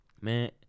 man